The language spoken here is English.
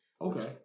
Okay